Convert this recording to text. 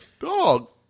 Dog